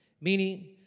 Meaning